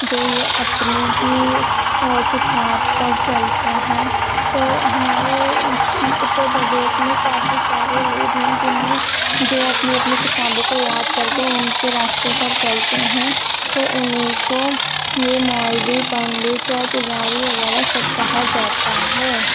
جو یہ اپنی ہی کتاب پر چلتے ہیں تو ہمارے اتر پردیس میں کافی سارے لوگ ہیں جن میں جو اپنی اپنی کتابوں کو یاد کرکے ان کے راستے پر چلتے ہیں تو انھیں کو یہ مولوی پنڈت اور پجاری وغیرہ سب کہا جاتا ہے